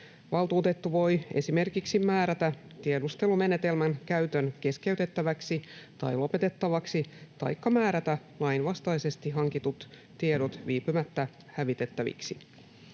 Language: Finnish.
Valtuutettu voi esimerkiksi määrätä tiedustelumenetelmän käytön keskeytettäväksi tai lopetettavaksi taikka määrätä lainvastaisesti hankitut tiedot viipymättä hävitettäviksi.